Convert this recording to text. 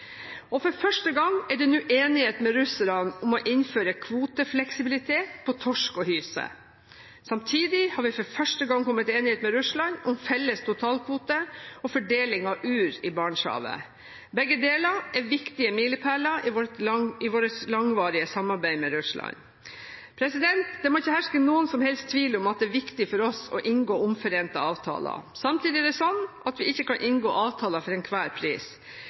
år. For første gang er det nå enighet med russerne om å innføre kvotefleksibilitet på torsk og hyse. Samtidig har vi for første gang kommet til enighet med Russland om felles totalkvote og fordeling av uer i Barentshavet. Begge deler er viktige milepæler i vårt langvarige samarbeid med Russland. Det må ikke herske noen som helst tvil om at det er viktig for oss å inngå omforente avtaler. Samtidig er det sånn at vi ikke kan inngå avtaler for enhver pris